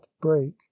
break